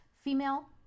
Female